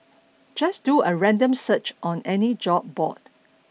just do a random search on any job board